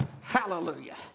Hallelujah